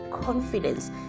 confidence